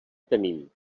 tenim